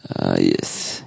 yes